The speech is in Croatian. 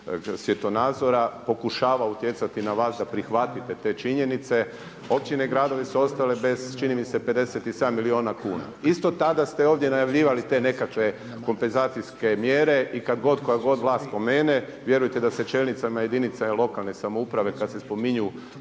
svjetonazora pokušavao utjecati na vas da prihvatite te činjenice. Općine i gradovi su ostale bez čini mi se 57 milijuna kuna. Isto tada ste ovdje najavljivali te nekakve kompenzacijske mjere i kad god, koja god vlast spomene vjerujte da se čelnicima jedinica lokalne samouprave kad se spominju